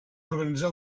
organitzar